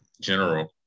general